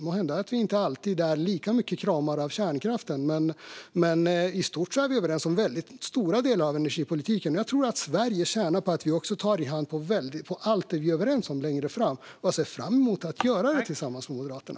Måhända är vi inte alltid lika mycket kramare av kärnkraften, men i stort är vi överens om stora delar av energipolitiken. Jag tror att Sverige tjänar på att vi tar i hand på allt det vi är överens om längre fram. Jag ser fram emot att göra det tillsammans med Moderaterna.